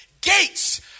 gates